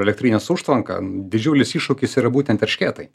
elektrinės užtvanką didžiulis iššūkis yra būtent eršketai